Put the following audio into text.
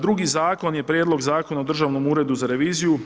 Drugi zakon je prijedlog Zakona o Državnom uredu za reviziju.